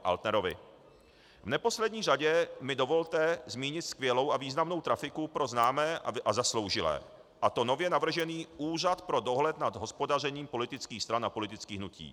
V neposlední řadě mi dovolte zmínit skvělou a významnou trafiku pro známé a zasloužilé, a to nově navržený Úřad pro dohled nad hospodařením politických stran a politických hnutí.